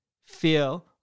feel